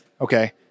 Okay